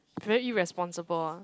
very irresponsible ah